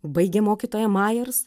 baigė mokytoja majers